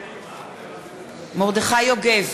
בעד מרדכי יוגב,